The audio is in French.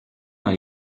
dans